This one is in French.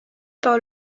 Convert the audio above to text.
par